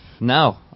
No